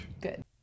Good